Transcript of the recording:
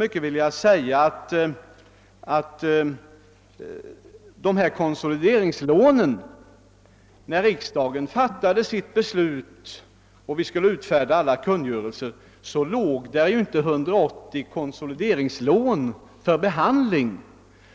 Jag vill emellertid framhålla att det när riksdagen fattade beslut om konsolideringslånen och alla kungörelser skulle utfärdas inte fanns 180 konsolideringslån för behandling,